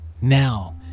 Now